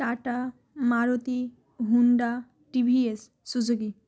Tata Maruti Honda TVS Suzuki